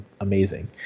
amazing